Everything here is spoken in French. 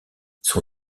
son